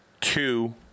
two